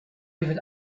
even